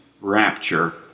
rapture